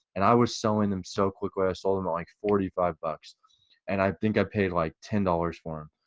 and i was selling them so quickly, i sold them at like forty five bucks and i think i paid like ten dollars for them.